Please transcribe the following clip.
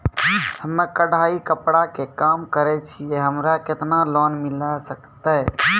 हम्मे कढ़ाई कपड़ा के काम करे छियै, हमरा केतना लोन मिले सकते?